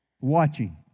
watching